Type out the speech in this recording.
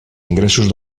ingressos